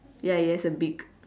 ya it has a beak